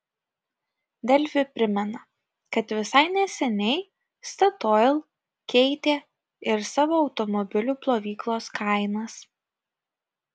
delfi primena kad visai neseniai statoil keitė ir savo automobilių plovyklos kainas